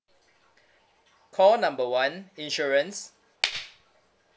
call number one insurance